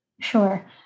Sure